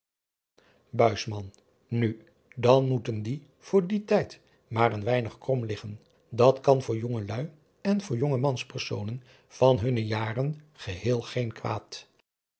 nu dan moeten die voor dien tijd maar een weinig krom liggen dat kan voor jongeluî en voor jonge manspersonen van hunne jaren geheel geen kwaad